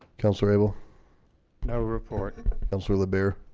counselor able no report else with a beer